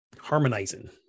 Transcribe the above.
harmonizing